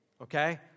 okay